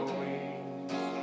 wings